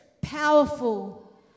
powerful